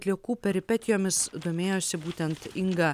atliekų peripetijomis domėjosi būtent inga